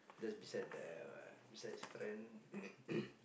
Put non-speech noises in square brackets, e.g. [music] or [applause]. just beside there uh beside his friend [noise]